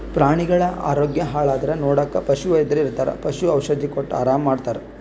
ಪ್ರಾಣಿಗಳ್ ಆರೋಗ್ಯ ಹಾಳಾದ್ರ್ ನೋಡಕ್ಕ್ ಪಶುವೈದ್ಯರ್ ಇರ್ತರ್ ಪಶು ಔಷಧಿ ಕೊಟ್ಟ್ ಆರಾಮ್ ಮಾಡ್ತರ್